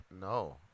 No